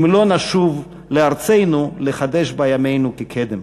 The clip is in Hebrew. אם לא נשוב לארצנו, לחדש בה ימינו כקדם.